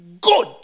good